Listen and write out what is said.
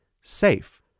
SAFE